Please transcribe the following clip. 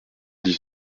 dix